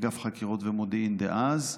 אגף חקירות ומודיעין דאז,